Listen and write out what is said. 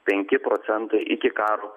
penki procentai iki karo